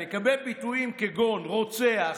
הם ביטויים כגון "רוצח",